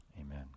Amen